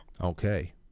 Okay